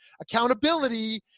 Accountability